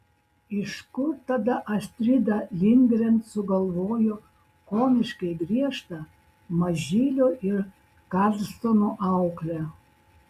iš kur tada astrida lindgren sugalvojo komiškai griežtą mažylio ir karlsono auklę